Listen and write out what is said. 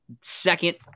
second